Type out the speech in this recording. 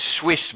Swiss